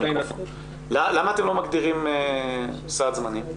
למה אתם לא מגדירים סד זמנים?